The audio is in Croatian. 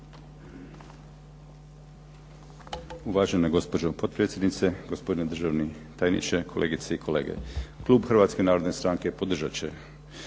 Uvažena gospođo potpredsjednice, gospodine državni tajniče, kolegice i kolege. Klub Hrvatske narodne stranke podržat će